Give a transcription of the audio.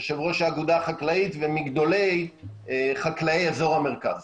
יושב-ראש האגודה החקלאית ומגדולי חקלאי אזור המרכז.